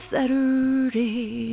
Saturday